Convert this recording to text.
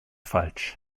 falsch